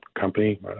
company